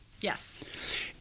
Yes